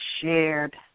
shared